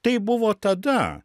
tai buvo tada